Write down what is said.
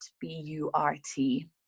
B-U-R-T